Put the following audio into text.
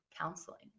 counseling